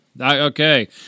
okay